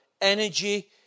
energy